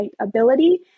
ability